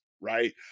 right